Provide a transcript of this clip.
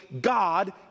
God